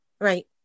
Right